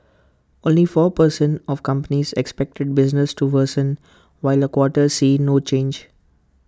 only four per cent of companies expected business to worsen while A quarter see no change